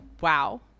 wow